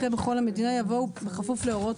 אחרי "בכל המדינה" יבוא "בכפוף להוראות